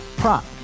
prop